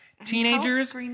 Teenagers